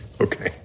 Okay